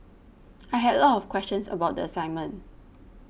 I had a lot of questions about the assignment